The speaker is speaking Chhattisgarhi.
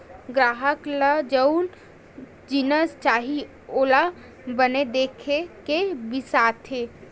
गराहक ल जउन जिनिस चाही ओला बने देख के बिसाथे